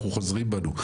אנחנו חוזרים בנו.